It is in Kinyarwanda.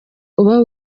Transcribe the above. uba